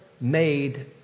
made